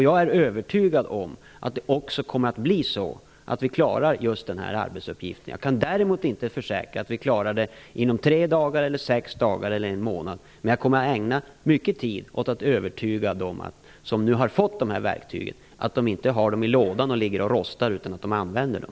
Jag är övertygad om att vi kommer att klara just denna arbetsuppgift. Jag kan däremot inte försäkra att vi klarar det inom tre dagar, sex dagar eller en månad, men jag kommer att ägna mycket tid åt att övertyga dem som nu har fått verktygen om att de inte skall låta dem ligga och rosta i lådan utan använda dem.